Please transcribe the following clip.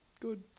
good